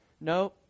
No